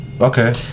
okay